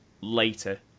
later